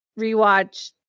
rewatch